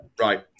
right